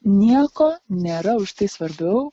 nieko nėra už tai svarbiau